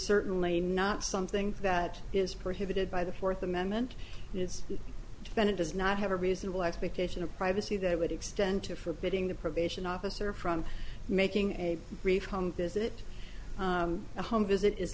certainly not something that is prohibited by the fourth amendment is that it does not have a reasonable expectation of privacy that would extend to forbidding the probation officer from making a brief visit a home visit is